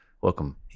welcome